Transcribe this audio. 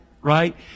Right